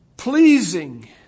pleasing